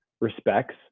respects